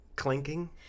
clinking